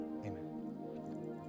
amen